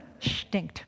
Stinkt